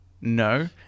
no